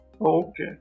Okay